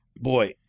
boy